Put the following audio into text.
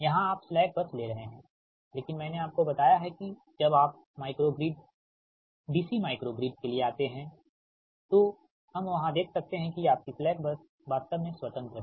यहां आप slack bus ले रहे हैं लेकिन मैंने आपको बताया है कि जब आप micro grid DC micro grid के लिए आते है तो हम वहां देख सकते हैं कि आपकी स्लैक बस वास्तव में स्वतंत्र है